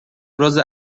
ابراز